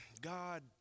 God